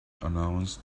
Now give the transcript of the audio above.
announced